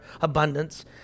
abundance